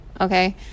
Okay